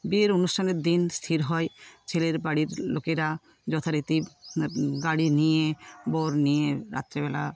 বিয়ের অনুষ্ঠানের দিন স্থির হয় ছেলের বাড়ির লোকেরা যথারীতি গাড়ি নিয়ে বর নিয়ে রাত্রেবেলা